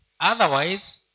Otherwise